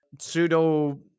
pseudo